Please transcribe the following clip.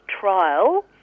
trial